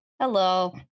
Hello